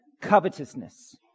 covetousness